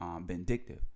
vindictive